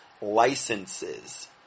licenses